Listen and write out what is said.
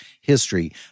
history